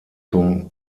zum